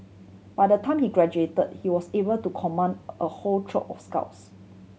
by the time he graduate he was able to command a whole troop of scouts